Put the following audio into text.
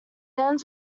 ends